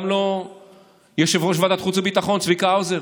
גם לא יושב-ראש ועדת החוץ והביטחון צביקה האוזר.